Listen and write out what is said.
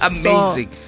amazing